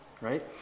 right